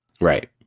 Right